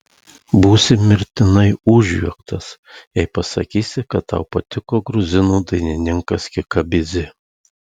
būsi mirtinai užjuoktas jei pasakysi kad tau patiko gruzinų dainininkas kikabidzė